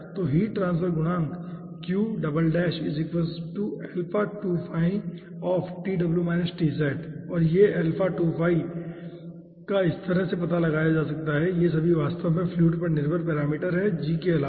तो heat transfer गुणांक और यह का इस तरह से पता लगाया जा सकता है ये सभी वास्तव में फ्लूइड पर निर्भर पैरामीटर हैं g के अलावा